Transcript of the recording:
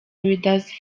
leaders